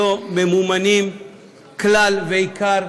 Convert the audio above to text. שלא ממומנים כלל ועיקר,